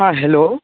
हाँ हेलो